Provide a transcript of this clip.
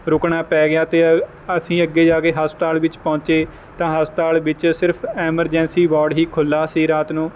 ਰੁਕਣਾ ਪੈ ਗਿਆ ਅਤੇ ਅ ਅਸੀਂ ਅੱਗੇ ਜਾ ਕੇ ਹਸਪਤਾਲ ਵਿੱਚ ਪਹੁੰਚੇ ਤਾਂ ਹਸਪਤਾਲ ਵਿੱਚ ਸਿਰਫ ਐਮਰਜੈਂਸੀ ਵਾਰਡ ਹੀ ਖੁੱਲ੍ਹਾ ਸੀ ਰਾਤ ਨੂੰ